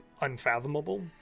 unfathomable